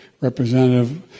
Representative